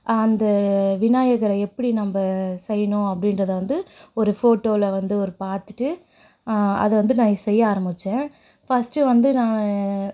அந்த விநாயகரை எப்படி நம்ம செய்யணும் அப்படின்றத வந்து ஒரு ஃபோட்டோவில் வந்து ஒரு பார்த்துட்டு அதை வந்து நான் செய்ய ஆரம்மிச்சேன் ஃபஸ்ட்டு வந்து நான்